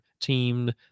team